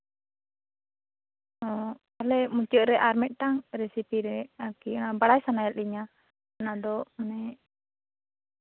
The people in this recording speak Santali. ᱚᱻ ᱛᱟᱦᱚᱞᱮ ᱢᱩᱪᱟᱹᱫᱨᱮ ᱟᱨ ᱢᱤᱫᱴᱟᱱ ᱨᱮᱥᱤᱯᱤ ᱨᱮ ᱟᱨᱠᱤ ᱵᱟᱲᱟᱭ ᱥᱟᱱᱟᱭᱮᱫ ᱞᱤᱧᱟ ᱚᱱᱟᱫᱚ ᱚᱱᱮ